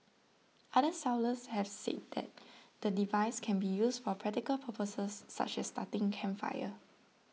other sellers have said the device can be used for practical purposes such as starting campfires